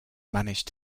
managed